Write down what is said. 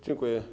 Dziękuję.